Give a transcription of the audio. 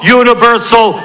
universal